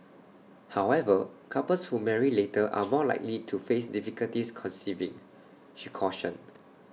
however couples who marry later are more likely to face difficulties conceiving she cautioned